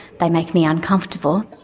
they make me uncomfortable.